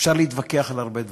אפשר להתווכח על הרבה דברים,